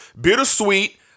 bittersweet